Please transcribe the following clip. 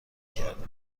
کردیم